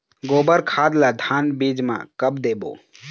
गोबर खाद ला धान बीज म कब देबो?